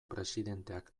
presidenteak